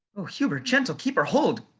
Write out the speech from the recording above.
o hubert, gentle keeper, hold!